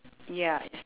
ya is